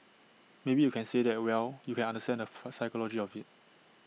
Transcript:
maybe you can say that well you can understand the full psychology of IT